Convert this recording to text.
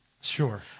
Sure